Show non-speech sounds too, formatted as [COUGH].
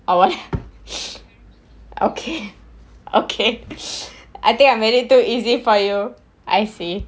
or what [LAUGHS] okay okay [LAUGHS] I think I made it too easy for you I see